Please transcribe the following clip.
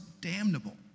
damnable